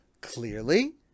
Clearly